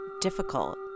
difficult